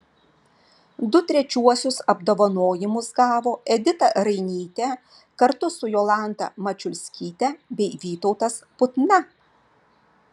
du trečiuosius apdovanojimus gavo edita rainytė kartu su jolanta mačiulskyte bei vytautas putna